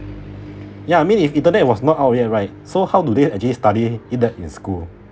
ya I mean if internet was not out yet right so how do they actually study it that in school